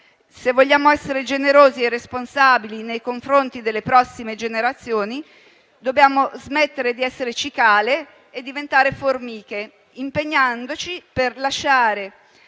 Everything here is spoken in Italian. Se vogliamo essere generosi e responsabili nei confronti delle prossime generazioni, dobbiamo smettere di essere cicale e diventare formiche, impegnandoci per lasciare